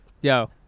Yo